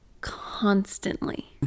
constantly